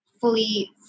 fully